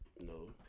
No